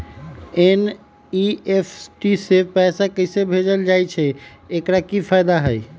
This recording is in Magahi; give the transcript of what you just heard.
एन.ई.एफ.टी से पैसा कैसे भेजल जाइछइ? एकर की फायदा हई?